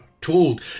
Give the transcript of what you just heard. Told